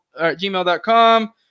gmail.com